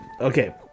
Okay